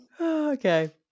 Okay